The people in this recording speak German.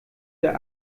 der